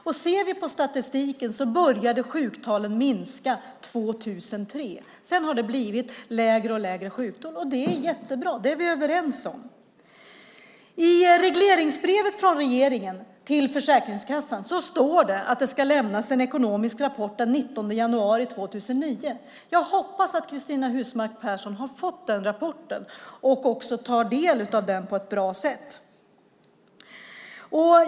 Om vi ser på statistiken började sjuktalen minska 2003. Sedan har det blivit lägre och lägre sjuktal. Det är bra, och det är vi överens om. I regleringsbrevet från regeringen till Försäkringskassan står det att det ska lämnas en ekonomisk rapport den 19 januari 2009. Jag hoppas att Cristina Husmark Pehrsson har fått rapporten och tar del av den på ett bra sätt.